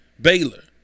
Baylor